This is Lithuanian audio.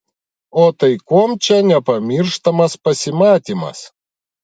o tai kuom čia nepamirštamas pasimatymas